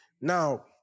Now